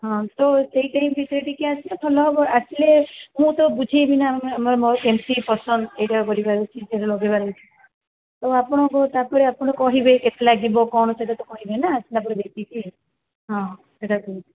ହଁ ତ ସେଇ ଟାଇମ୍ ଭିତରେ ଟିକେ ଆସିଲେ ଭଲ ହେବ ଆସିଲେ ମୁଁ ତ ବୁଝେଇବି ନା ମୋର କେମିତି ପସନ୍ଦ ଏଇଟା କରିବାର ଅଛି ସେଇଟା ଲଗେଇବାର ଅଛି ତ ଆପଣଙ୍କୁ ତା ପରେ ଆପଣ କହିବେ କେତେ ଲାଗିବ କ'ଣ ସେଇଟା ତ କହିବେ ନା ତାପରେ ଦେଖିକି ହଁ ଏଇଟା ଠିକ୍